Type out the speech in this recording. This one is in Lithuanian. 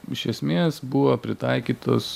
iš esmės buvo pritaikytos